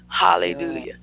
Hallelujah